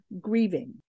grieving